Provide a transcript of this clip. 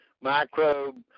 microbe